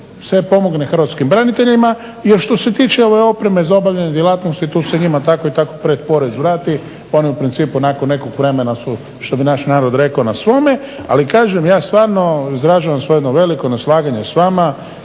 se pomogne hrvatskim braniteljima. Jer što se tiče ove opreme za obavljanje djelatnosti tu se njima tako i tako predporez vrati pa oni u principu nakon nekog vremena su, što bi naš narod rekao na svome, ali kažem ja stvarno izražavam svoje jedno veliko neslaganje s vama